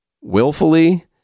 willfully